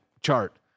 chart